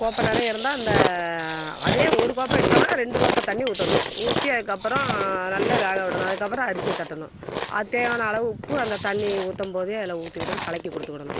கோப்பை நிறைய இருந்தால் அந்த அதே ஒரு கோப்பை எடுத்தோம்னா ரெண்டு கோப்பை தண்ணி ஊற்றணும் ஊற்றி அதுக்கு அப்புறம் நல்லா வேக விடணும் அதுக்கு அப்புறம் அரிசியை தட்டணும் அது தேவையான அளவு உப்பு அந்த தண்ணி ஊற்றும் போதே அதில் ஊற்றிக்கிட்டு கலக்கி கொடுத்து விடணும்